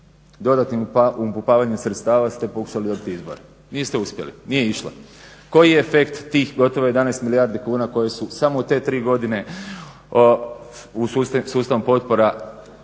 dodatnim upumpavanjem sredstava ste pokušali dobiti izbore. Niste uspjeli, nije išlo. Koji je efekt tih gotovo 11 milijardi kuna koje su samo u te tri godine sustavom potpora upućene